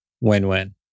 Win-win